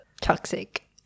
Toxic